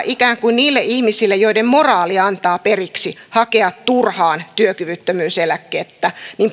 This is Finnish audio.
ikään kuin antaa niille ihmisille joiden moraali antaa periksi hakea turhaan työkyvyttömyyseläkettä